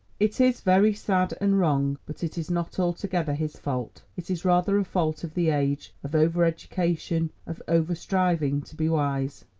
it is very sad and wrong, but it is not altogether his fault it is rather a fault of the age, of over-education, of over-striving to be wise.